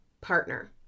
partner